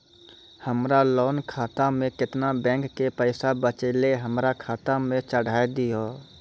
हमरा लोन खाता मे केतना बैंक के पैसा बचलै हमरा खाता मे चढ़ाय दिहो?